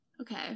Okay